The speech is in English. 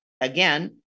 again